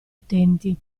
utenti